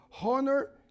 honor